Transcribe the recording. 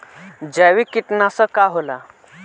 जैविक कीटनाशक का होला?